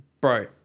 bro